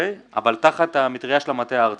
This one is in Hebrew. אבל תחת המטרייה של המטה הארצי,